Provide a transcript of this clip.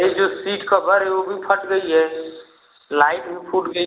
यह जो seat cover है वह भी फट गई है लाइट भी फूट गई